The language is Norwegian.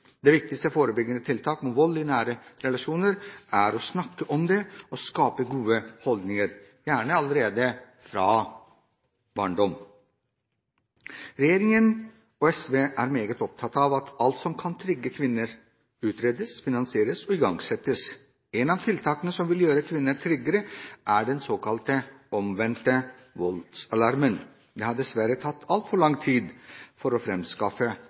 det viktigste forebyggende tiltak mot vold i nære relasjoner er å snakke om det og skape gode holdninger – gjerne allerede fra barndommen. Regjeringen og SV er meget opptatt av at alt som kan trygge kvinner, utredes, finansieres og igangsettes. Et av tiltakene som vil gjøre kvinner tryggere, er den såkalte omvendte voldsalarmen. Det har dessverre tatt altfor lang tid å